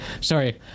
sorry